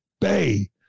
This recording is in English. bay